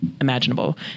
imaginable